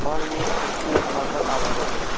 और ये एक सच्ची घटना पर आधारित है